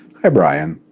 hi brian.